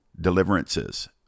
deliverances